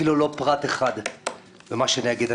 אפילו לא פרט אחד במה שאני אגיד.